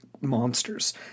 monsters